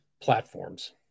platforms